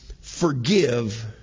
forgive